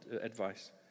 advice